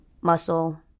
muscle